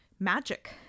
Magic